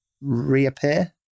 reappear